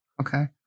Okay